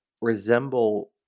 resemble